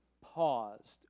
Paused